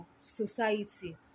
society